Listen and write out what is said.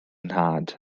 nhad